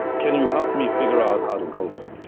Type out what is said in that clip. can you help me figure out how to go there?